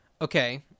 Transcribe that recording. Okay